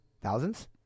Thousands